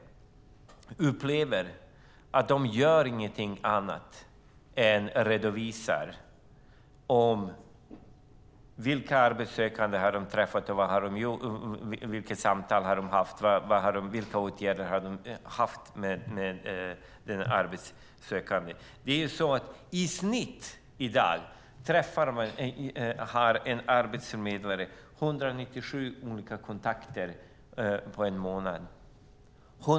De upplever att de inte gör någonting annat än redovisar vilka arbetssökande de har träffat, vilka samtal de har haft och vilka åtgärder de har vidtagit för den arbetssökande. I snitt har en arbetsförmedlare i dag 197 olika kontakter på en månad.